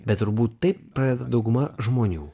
bet turbūt tai padeda dauguma žmonių